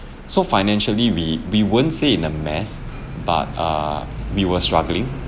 so financially we we weren't say in a mess but err we were struggling